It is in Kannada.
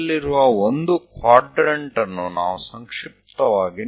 ಇದರಲ್ಲಿರುವ ಒಂದು ಕ್ವಾಡ್ರೆಂಟ್ ಅನ್ನು ನಾವು ಸಂಕ್ಷಿಪ್ತವಾಗಿ ನೋಡೋಣ